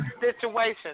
situation